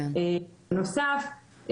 בנוסף,